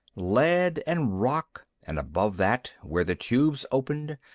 lead and rock, and above that, where the tubes opened,